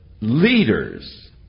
leaders